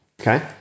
okay